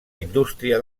indústria